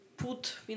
put